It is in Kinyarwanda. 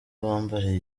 bambariye